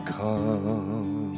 come